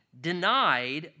denied